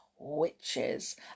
witches